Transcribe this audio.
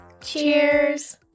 Cheers